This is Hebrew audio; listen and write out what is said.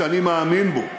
שאני מאמין בו.